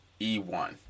e1